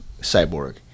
Cyborg